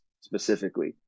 specifically